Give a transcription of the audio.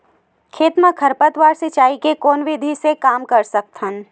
खेत म खरपतवार सिंचाई के कोन विधि से कम कर सकथन?